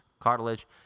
cartilage